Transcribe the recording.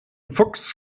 fuchs